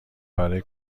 برای